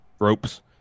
ropes